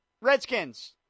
Redskins